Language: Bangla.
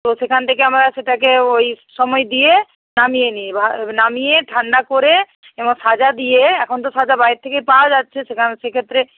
তো সেখান থেকে আমরা সেটাকে ওই সময় দিয়ে নামিয়ে নিই এবার নামিয়ে ঠান্ডা করে এবং সাজা দিয়ে এখন তো সাজা বাইরে থেকে পাওয়া যাচ্ছে সেখান সেক্ষেত্রে